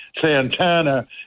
Santana